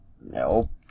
Nope